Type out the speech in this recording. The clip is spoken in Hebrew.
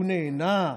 הוא נהנה?